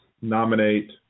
nominate